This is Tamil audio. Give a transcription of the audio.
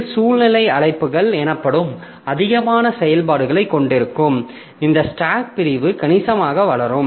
இது சுழல்நிலை அழைப்புகள் எனப்படும் அதிகமான செயல்பாடுகளைக் கொண்டிருக்கும் இந்த ஸ்டாக் பிரிவு கணிசமாக வளரும்